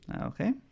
Okay